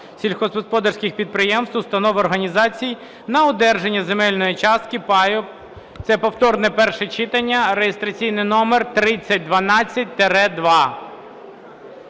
сільськогосподарських підприємств, установ, організацій на одержання земельної частки (паю), це повторне перше читання (реєстраційний номер 3012-2).